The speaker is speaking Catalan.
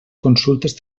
consultes